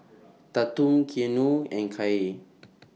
Tatum Keanu and Kaye